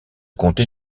comté